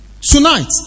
Tonight